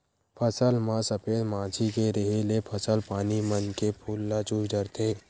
फसल म सफेद मांछी के रेहे ले फसल पानी मन के फूल ल चूस डरथे